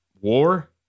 war